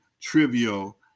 trivial